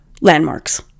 landmarks